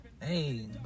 Hey